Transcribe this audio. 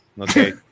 Okay